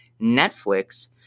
Netflix